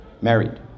married